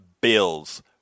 bills